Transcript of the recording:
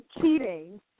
cheating